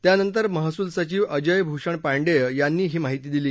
त्यानंतर महसूल सचिव अजय भूषण पांडेय यांनी ही माहिती दिली